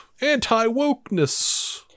Anti-wokeness